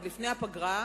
עוד לפני הפגרה,